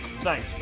Thanks